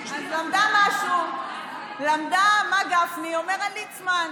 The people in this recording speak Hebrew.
אז למדה משהו.,למדה מה גפני אומר על ליצמן.